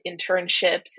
internships